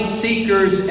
seekers